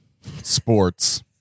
sports